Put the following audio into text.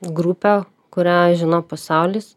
grupę kurią žino pasaulis